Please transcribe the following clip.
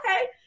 Okay